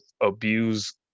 abuse